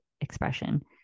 expression